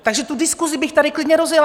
Takže tu diskusi bych tady klidně rozjela.